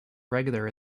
regular